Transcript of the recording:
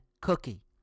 cookie